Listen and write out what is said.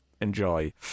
enjoy